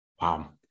Wow